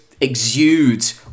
exudes